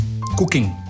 cooking